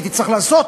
הייתי צריך לעשות,